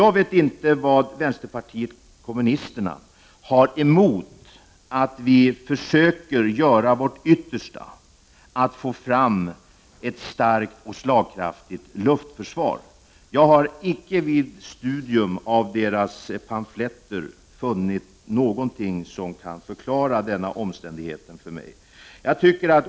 Jag vet inte vad vänsterpartiet kommunisterna har emot att vi försöker göra vårt yttersta för att få fram ett starkt och slagkraftigt luftförsvar. Jag har icke vid studium av partiets pamfletter funnit något som kan förklara den omständigheten för mig.